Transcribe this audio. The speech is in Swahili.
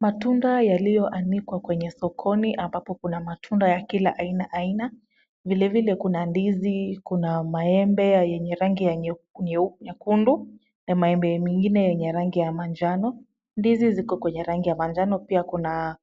Matunda yaliyoanikwa kwenye sokoni ambapo kuna matunda ya kila aina aina vile vile kuna ndizi kuna maembe yenye rangi ya nyekundu na maembe mengine yenye rangi ya manjano. Ndizi ziko kwenye rangi ya manjano pia kuna